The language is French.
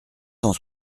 cent